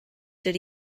did